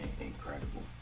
incredible